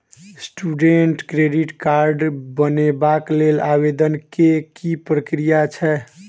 Student credit card बनेबाक लेल आवेदन केँ की प्रक्रिया छै?